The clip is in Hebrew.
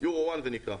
EURO-1 זה נקרא.